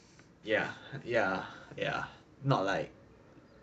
ya ya ya not like